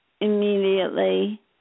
immediately